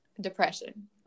depression